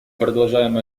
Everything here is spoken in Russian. продолжаем